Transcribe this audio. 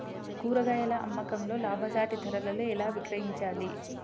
కూరగాయాల అమ్మకంలో లాభసాటి ధరలలో ఎలా విక్రయించాలి?